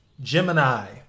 Gemini